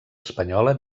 espanyola